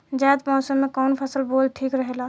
जायद मौसम में कउन फसल बोअल ठीक रहेला?